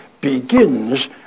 begins